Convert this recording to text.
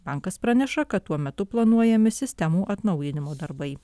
bankas praneša kad tuo metu planuojami sistemų atnaujinimo darbai